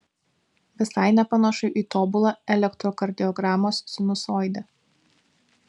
visai nepanašu į tobulą elektrokardiogramos sinusoidę